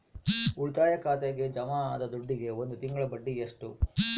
ಉಳಿತಾಯ ಖಾತೆಗೆ ಜಮಾ ಆದ ದುಡ್ಡಿಗೆ ಒಂದು ತಿಂಗಳ ಬಡ್ಡಿ ಎಷ್ಟು?